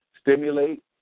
stimulate